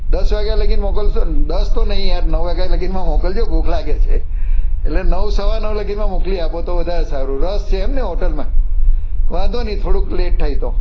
દસ વાગ્યા લગી મોકલશો દસ તો નહીં યાર નવ વાગ્યા લગીમાં મોકલજો ભૂખ લાગે છે એટલે નવ સવા નવ લગીમાં મોકલી આપો તો વધારે સારું રસ છે એમને હોટલમાં વાંધો નહીં થોડુંક લેટ થાય તો